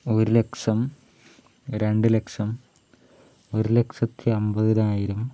ഒര് ലക്ഷം രണ്ട് ലക്ഷം ഒര് ലക്ഷത്തി അമ്പതിനായിരം